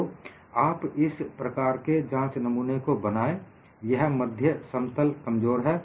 तो आप इस प्रकार के जांच नमूने को बनाएं यह मध्य समतल कमजोर है